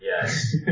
Yes